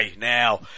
now